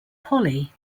polly